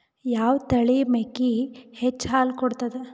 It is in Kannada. ಯಾವ ತಳಿಯ ಮೇಕಿ ಹೆಚ್ಚ ಹಾಲು ಕೊಡತದ?